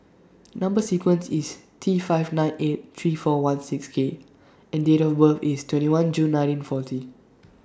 Number sequence IS T five nine eight three four one six K and Date of birth IS twenty one June nineteen forty